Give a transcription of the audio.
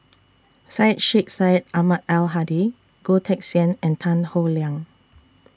Syed Sheikh Syed Ahmad Al Hadi Goh Teck Sian and Tan Howe Liang